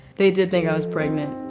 they did think i was pregnant.